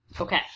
Okay